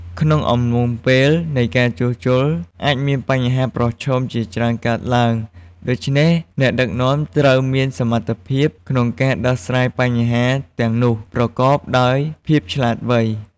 ក្នុងអំឡុងពេលនៃការជួសជុល អាចមានបញ្ហាប្រឈមជាច្រើនកើតឡើង ដូច្នេះអ្នកដឹកនាំត្រូវមានសមត្ថភាពក្នុងការដោះស្រាយបញ្ហាទាំងនោះប្រកបដោយភាពវៃឆ្លាត។